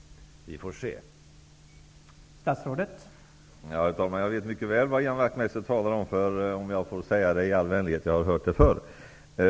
Vi får väl se.